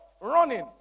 running